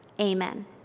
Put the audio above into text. Amen